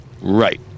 Right